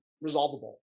resolvable